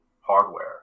hardware